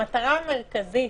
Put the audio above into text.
המטרה המרכזית